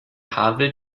havel